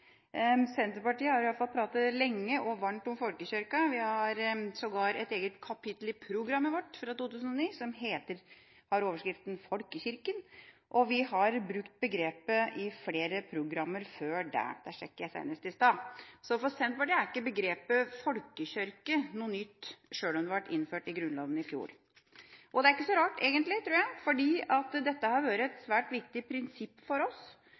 Senterpartiet har i hvert fall snakket lenge og varmt om folkekirken. Ja, vi har sågar et eget kapittel i programmet vårt fra 2009 som heter «Folkekirken», og vi har brukt begrepet i flere programmer før det. Det sjekket jeg senest i stad. Så for Senterpartiet er ikke begrepet «folkekirke» noe nytt, sjøl om det ble innført i Grunnloven i fjor. Det er egentlig ikke så rart, tror jeg, for dette har vært et svært viktig prinsipp for oss: